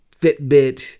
Fitbit